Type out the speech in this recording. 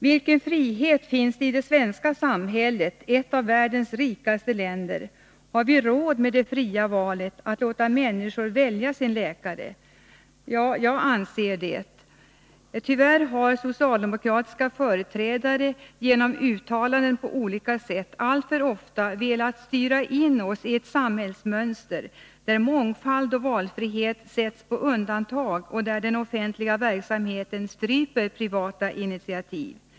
Vilken frihet finns det i det svenska samhället, ett av världens rikaste länder? Har vi råd med det fria valet att låta människor välja sin läkare? Jag anser det! Tyvärr har socialdemokratiska företrädare genom uttalanden på olika sätt alltför ofta velat styra oss in i ett samhällsmönster där mångfald och valfrihet sätts på undantag och där den offentliga verksamheten stryper privata initiativ.